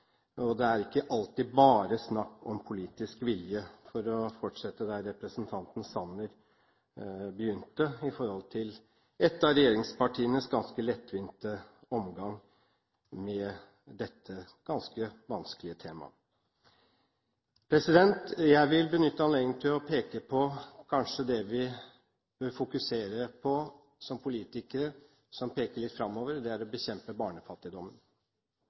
Det er ikke alltid bare snakk om politisk vilje – for å fortsette der representanten Sanner begynte, i forhold til et av regjeringspartienes ganske lettvinte omgang med dette ganske vanskelige temaet. Jeg vil benytte anledningen til å peke på det som vi som politikere kanskje bør fokusere på – som peker litt framover – å bekjempe barnefattigdommen.